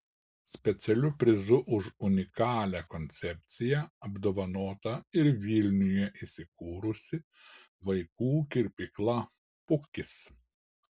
specialiu prizu už unikalią koncepciją apdovanota ir vilniuje įsikūrusi vaikų kirpykla pukis